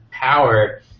power